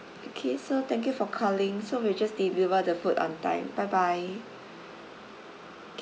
okay so thank you for calling so we'll just deliver the food on time bye bye